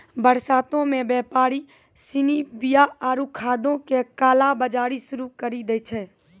बरसातो मे व्यापारि सिनी बीया आरु खादो के काला बजारी शुरू करि दै छै